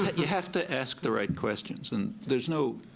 you have to ask the right questions. and there's no,